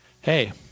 Hey